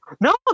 No